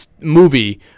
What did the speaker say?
movie